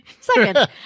Second